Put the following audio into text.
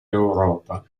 europa